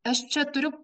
aš čia turiu